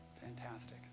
Fantastic